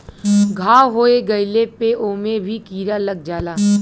घाव हो गइले पे ओमे भी कीरा लग जाला